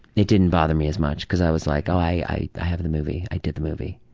it didn't bother me as much cause i was like i i have the movie, i did the movie'.